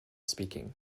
speaking